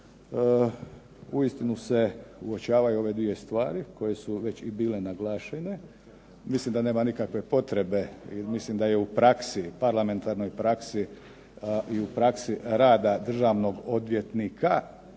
uistinu se uočavaju ove dvije stvari koje su već i bile naglašene. Mislim da nema nikakve potrebe i mislim da je u praksi, parlamentarnoj praksi i u praksi rada državnog odvjetnika,